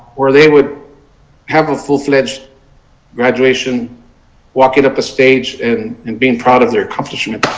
where they would have a full-fledged graduation walking up a stage and and being proud of their accomplishment.